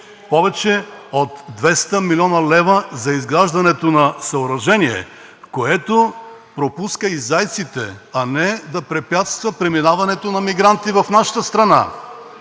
повече от 200 млн. лв. за изграждането на съоръжение, което пропуска и зайците, а не да препятства преминаването на мигранти в нашата страна.